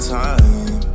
time